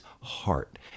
heart